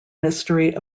mystery